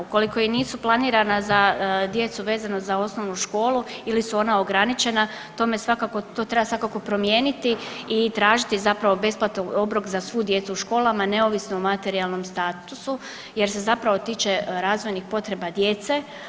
Ukoliko i nisu planirana za djecu vezana za osnovnu školu ili su ona ograničena to treba svakako promijeniti i tražiti zapravo besplatan obrok za svu djecu u školama neovisno o materijalnom statusu, jer se zapravo tiče razvojnih potreba djece.